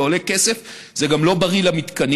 זה עולה כסף, זה גם לא בריא למתקנים,